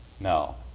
No